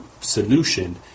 solution